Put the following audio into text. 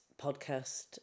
podcast